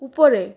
উপরে